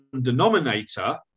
denominator